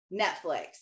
Netflix